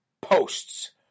posts